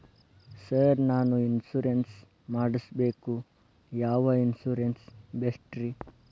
Sir ನಾನು insurance ಮಾಡಿಸಬೇಕು ಯಾವ ಇನ್ಶೂರೆನ್ಸ್ ಬೆಸ್ಟ್ರಿ?